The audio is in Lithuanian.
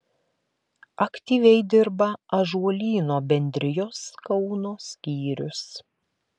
aktyviai dirba ąžuolyno bendrijos kauno skyrius